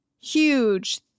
huge